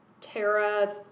Tara